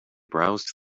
browsed